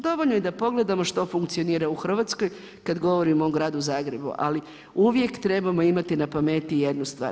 Dovoljno je da pogledamo što funkcionira u Hrvatskoj kad govorimo o gradu Zagrebu, ali uvijek trebamo imati na pameti jednu stvar.